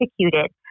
executed